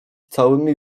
całymi